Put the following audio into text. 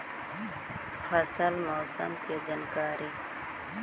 फसल मौसम के जानकारी?